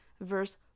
verse